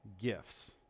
gifts